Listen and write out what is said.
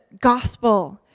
gospel